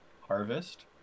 harvest